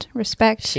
respect